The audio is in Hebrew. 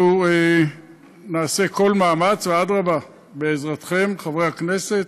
אנחנו נעשה כל מאמץ, ואדרבה, בעזרתכם, חברי הכנסת,